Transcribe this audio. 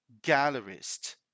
Gallerist